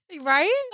Right